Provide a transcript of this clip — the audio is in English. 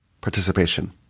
participation